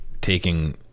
taking